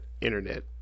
internet